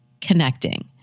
connecting